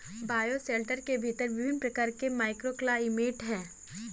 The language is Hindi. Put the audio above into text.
बायोशेल्टर के भीतर विभिन्न प्रकार के माइक्रोक्लाइमेट हैं